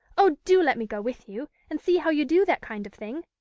oh, do let me go with you, and see how you do that kind of thing.